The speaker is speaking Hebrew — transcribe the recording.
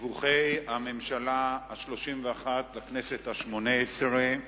דיווחי הממשלה השלושים-ואחת לכנסת השמונה-עשרה.